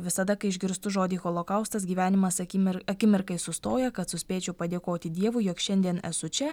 visada kai išgirstu žodį holokaustas gyvenimas akimir akimirkai sustoja kad suspėčiau padėkoti dievui jog šiandien esu čia